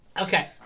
okay